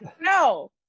No